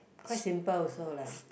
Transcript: quite simple also lah